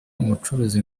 umucuruzi